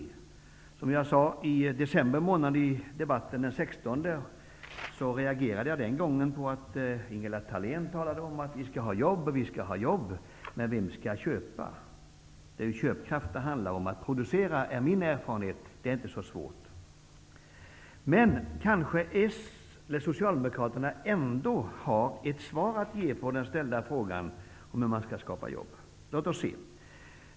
I debatten här i riksdagen den 16 december förra året reagerade jag på att Ingela Thalén talade om att vi skall ordna jobb. Men vem skall köpa? Det är ju köpkraft det handlar om. Min erfarenhet är att det inte är så svårt att producera. Men kanske Socialdemokraterna ändå har ett svar att ge på den ställda frågan om hur man skall skapa jobb. Låt oss se.